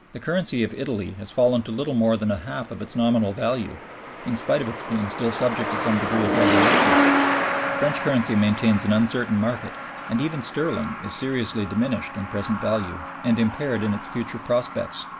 the currency of italy has fallen to little more than a halt of its nominal value in spite of its being still subject to some degree of regulation french currency maintains an and uncertain market and even sterling is seriously diminished in present value and impaired in its future prospects.